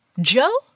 Joe